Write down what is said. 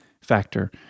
factor